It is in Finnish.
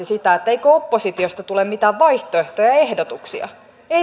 sitä että eikö oppositiosta tule mitään vaihtoehtoja ja ehdotuksia